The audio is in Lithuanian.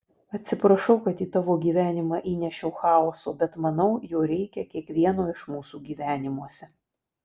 atsiprašau kad į tavo gyvenimą įnešiau chaoso bet manau jo reikia kiekvieno iš mūsų gyvenimuose